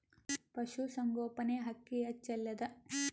ಪಶುಸಂಗೋಪನೆ ಅಕ್ಕಿ ಹೆಚ್ಚೆಲದಾ?